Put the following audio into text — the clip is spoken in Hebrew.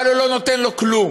אבל הוא לא נותן לו כלום.